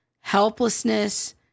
helplessness